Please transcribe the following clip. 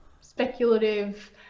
speculative